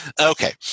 okay